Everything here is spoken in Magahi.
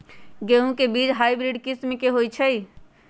गेंहू के बीज हाइब्रिड किस्म के होई छई?